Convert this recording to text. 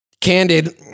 candid